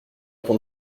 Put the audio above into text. qu’on